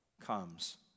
comes